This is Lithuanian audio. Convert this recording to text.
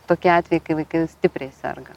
tokie atvejai kai vaikai stipriai serga